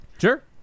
Sure